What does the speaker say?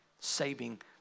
saving